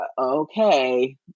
okay